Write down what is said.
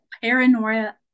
paranoia